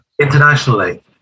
Internationally